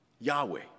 Yahweh